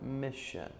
mission